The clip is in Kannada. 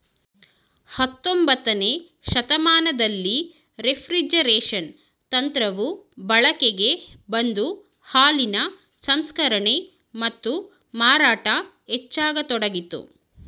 ಹತೊಂಬತ್ತನೇ ಶತಮಾನದಲ್ಲಿ ರೆಫ್ರಿಜರೇಷನ್ ತಂತ್ರವು ಬಳಕೆಗೆ ಬಂದು ಹಾಲಿನ ಸಂಸ್ಕರಣೆ ಮತ್ತು ಮಾರಾಟ ಹೆಚ್ಚಾಗತೊಡಗಿತು